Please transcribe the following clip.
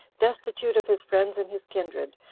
destitute of his friends and his kindred,